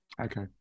Okay